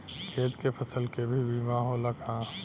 खेत के फसल के भी बीमा होला का?